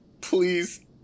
please